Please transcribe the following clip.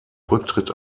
rücktritt